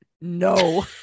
No